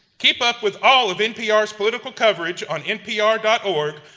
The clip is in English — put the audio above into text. keep up with all of npr's political coverage on npr dot org,